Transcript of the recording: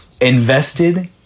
invested